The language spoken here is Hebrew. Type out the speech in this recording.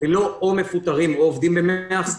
לא או מפוטרים או עובדים במאה אחוז,